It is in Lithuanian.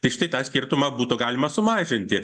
tai štai tą skirtumą būtų galima sumažinti